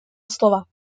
slova